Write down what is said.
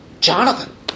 Jonathan